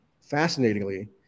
fascinatingly